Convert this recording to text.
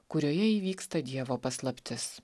kurioje įvyksta dievo paslaptis